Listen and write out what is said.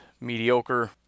mediocre